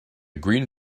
green